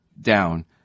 down